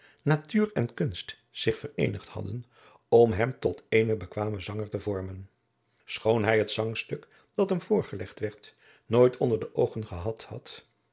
natuur en kunst zich vereenigd hadden om hem tot eenen bekwamen zanger te vormen schoon hij het zangstuk dat hem voorgelegd werd nooit onder de oogen gehad had